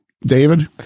David